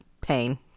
pain